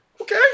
Okay